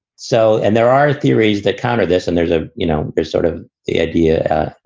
so and there are theories that kind of this and there's a you know, there's sort of the idea,